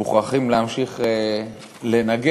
מוכרחים להמשיך לנגן"